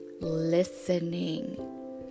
Listening